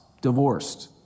Divorced